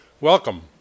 welcome